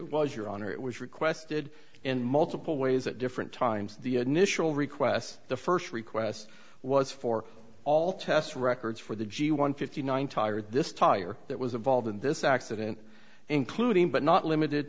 it was your honor it was requested in multiple ways at different times the initial requests the first request was for all test records for the g one fifty nine tire this tire that was a vault in this accident including but not limited